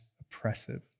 oppressive